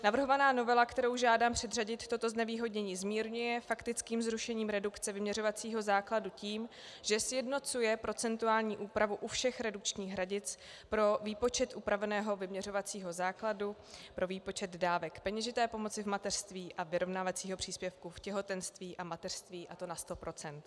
Navrhovaná novela, kterou žádám předřadit, toto znevýhodnění zmírňuje faktickým zrušením redukce vyměřovacího základu tím, že sjednocuje procentuální úpravu u všech redukčních hranic pro výpočet upraveného vyměřovacího základu pro výpočet dávek peněžité pomoci v mateřství a vyrovnávacího příspěvku v těhotenství a mateřství, a to na 100 %.